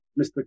Mr